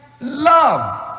love